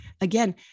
again